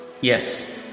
Yes